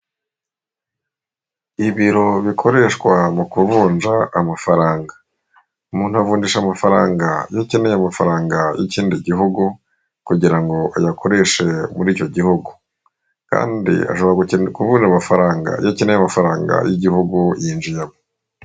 Ibiro bikoreshwa mu ku kuvunja amafaranga, umuntu avunjisha amafaranga iyo akeneye amafaranga y'ikindi gihugu kugira ngo ayakoreshe muri icyo gihugu, kandi ashobora kuvunja amafaranga iyo akeneye amafaranga y'igihugu yinjiyemo.